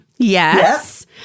Yes